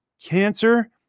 cancer